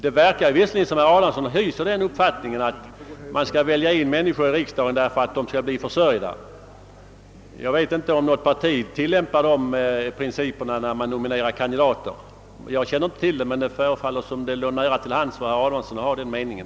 Det verkar visserligen som om herr Adamsson hyser den uppfattningen att man skall välja in människor i riksdagen för att de skall bli försörjda. Jag vet inte om något parti tillämpar den principen när man nominerar kandidater. Jag känner inte till det, men det förefaller som om det låg nära till hands för herr Adamsson att ha den meningen.